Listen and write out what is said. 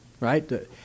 Right